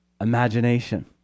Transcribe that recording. imagination